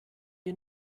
wir